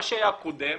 מה שהיה קודם,